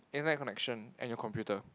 internet connection and your computer